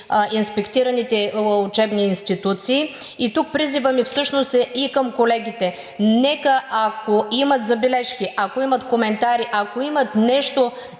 инспектираните учебни институции. Тук призивът ми всъщност е и към колегите: нека, ако имат забележки, ако имат коментари, ако имат